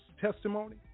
testimony